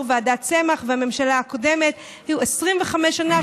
לאור ועדת צמח והממשלה הקודמת: 25 שנה,